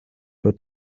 wird